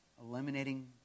eliminating